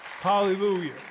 Hallelujah